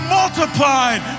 multiplied